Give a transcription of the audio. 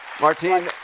Martine